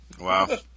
Wow